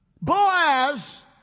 Boaz